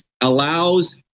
allows